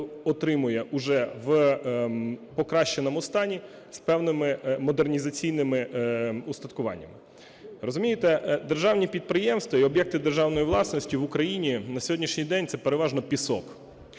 отримує уже в покращеному стані з певними модернізаційними устаткуваннями. Розумієте, державні підприємства і об'єкти державної власності в Україні на сьогоднішній день – це переважно пісок.